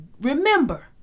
remember